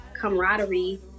camaraderie